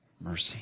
mercy